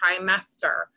trimester